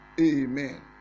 amen